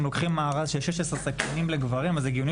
אם לוקחים מארז של 16 סכינים לגברים אז הגיוני